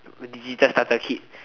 digital starter kit